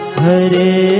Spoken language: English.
hare